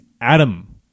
Adam